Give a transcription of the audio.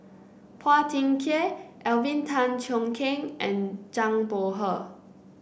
Phua Thin Kiay Alvin Tan Cheong Kheng and Zhang Bohe